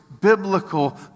biblical